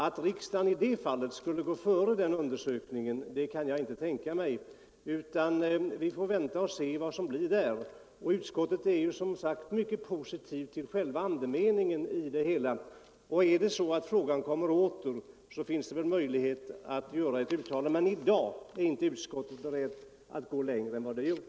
Att riksdagen i det ak Onsdagen den tuella avseendet skulle föregripa denna undersökning kan jag inte anse vara 30 oktober 1974 riktigt, utan vi får avvakta resultatet av den. Utskottet är mycket positivt till andemeningen i motionen. Om frågan kommer åter, finns det möjlighet — Dödsbegreppet, att göra ett uttalande, men just nu är utskottet inte berett att gå längre = m.m. än vad det gjort.